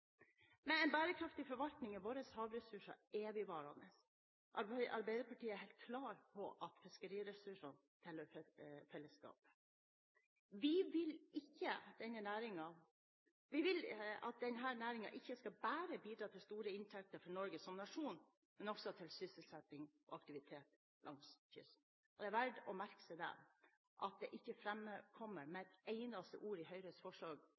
Med en bærekraftig forvaltning er våre havressurser evigvarende. Arbeiderpartiet er helt klar på at fiskeriressursene tilhører fellesskapet. Vi vil ikke at denne næringen bare skal bidra til store inntekter for Norge som nasjon, men også til sysselsetting og aktivitet langs kysten. Det er verd å merke seg at det ikke framkommer med ett eneste ord i Høyres forslag